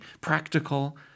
practical